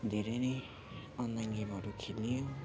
धेरै नै अनलाइन गेमहरू खेलियो